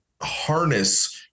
harness